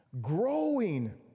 growing